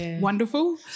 wonderful